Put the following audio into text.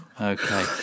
Okay